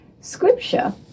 Scripture